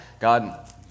God